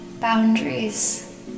boundaries